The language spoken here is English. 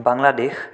Bangladesh